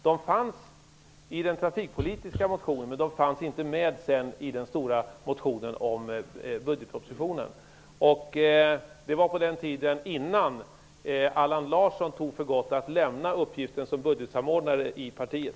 De fanns i den trafikpolitiska motionen, men de fanns inte med i den stora motionen om budgetpropositionen. Det var på den tiden innan Allan Larsson fann det för gott att lämna uppgiften som budgetsamordnare i partiet.